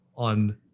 on